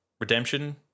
redemption